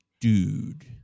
dude